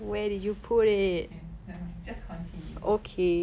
okay nevermind just continue